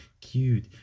cute